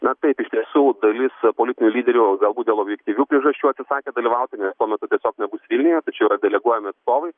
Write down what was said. na taip iš tiesų dalis politinių lyderių galbūt dėl objektyvių priežasčių atsisakė dalyvauti nes tuo metu tiesiog nebus vilniuje tačiau yra deleguojami atstovai